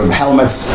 helmets